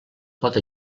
pot